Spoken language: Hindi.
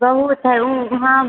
बहुत है ऊ हाँ